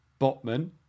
Botman